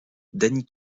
danny